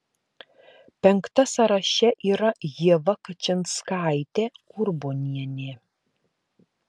penkta sąraše yra ieva kačinskaitė urbonienė